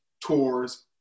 tours